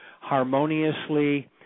harmoniously